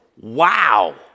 Wow